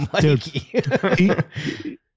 Dude